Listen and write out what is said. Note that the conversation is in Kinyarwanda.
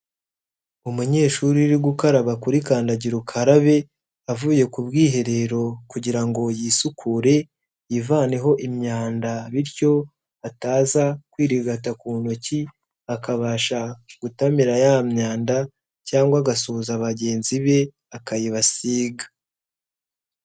Umunyeshuri uri gukaraba kuri kandagira ukarabe, avuye ku bwiherero kugira ngo yisukure, yivaneho imyanda bityo ataza kwirigata ku ntoki, akabasha gutamira ya myanda cyangwa agasuhuza bagenzi be akayibasiga.